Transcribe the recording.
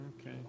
Okay